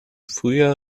frühjahr